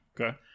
Okay